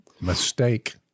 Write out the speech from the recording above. mistake